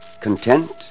Content